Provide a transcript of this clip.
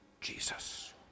Jesus